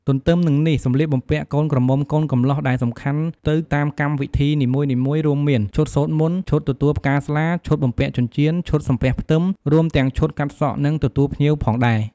ទន្ទឹមនឹងនេះ សម្លៀកបំពាក់កូនក្រមុំកូនកម្លោះដែលសំខាន់ទៅតាមកម្មវិធីនីមួយៗរួមមាន ឈុតសូត្រមន្ត ឈុតទទួលផ្កាស្លា ឈុតបំពាក់ចិញ្ចៀន ឈុតសំពះផ្ទឹម រួមទាំងឈុតកាត់សក់ និងទទួលភ្ញៀវផងដែរ។